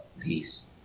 Peace